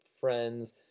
friends